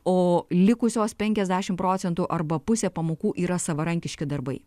o likusios penkiasdešimt procentų arba pusė pamokų yra savarankiški darbai